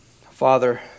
Father